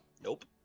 Nope